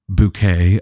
bouquet